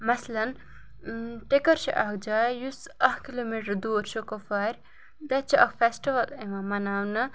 مثلاً ٹِکَر چھِ اَکھ جاے یُس اَکھ کِلوٗمیٖٹَر دوٗر چھُ کُپوارِ تَتہِ چھِ اَکھ فیسٹِوَل یِوان مَناونہٕ